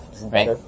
Right